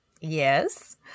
Yes